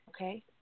Okay